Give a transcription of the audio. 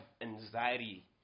anxiety